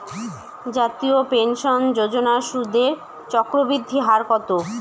জাতীয় পেনশন যোজনার সুদের চক্রবৃদ্ধি হার কত?